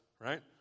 right